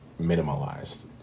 minimalized